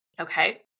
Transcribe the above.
Okay